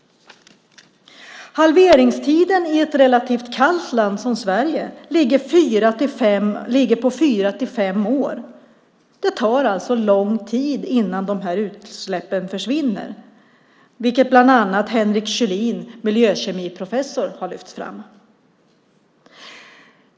Halveringstiden i ett relativt kallt land som Sverige ligger på fyra till fem år. Det tar alltså lång tid innan de här utsläppen försvinner, vilket bland annat Henrik Kylin, miljökemiprofessor, har lyft fram.